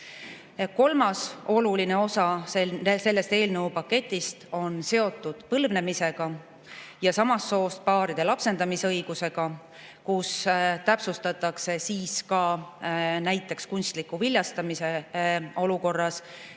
Kolmas oluline osa sellest eelnõupaketist on seotud põlvnemisega ja samast soost paaride lapsendamisõigusega. Näiteks täpsustatakse, kes saab kunstliku viljastamise puhul